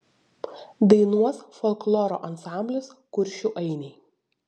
dainuos folkloro ansamblis kuršių ainiai